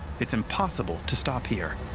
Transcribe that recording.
it's impossible to stop here.